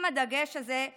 עם הדגש הזה על שיקום.